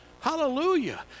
Hallelujah